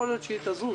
יכול להיות שהיא תזוז